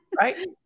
right